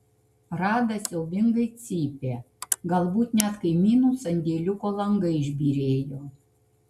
rada siaubingai cypė galbūt net kaimynų sandėliuko langai išbyrėjo